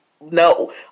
no